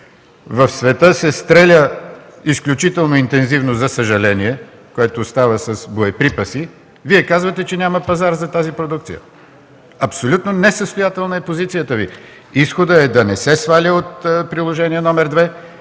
В света се стреля изключително интензивно, за съжаление, което става с боеприпаси – Вие казвате, че няма пазар за тази продукция! Абсолютно несъстоятелна е позицията Ви! Изходът е да не се сваля от Приложение № 2,